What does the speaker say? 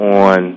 on